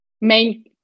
main